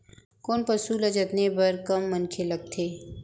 कोन पसु ल जतने बर कम मनखे लागथे?